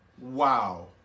Wow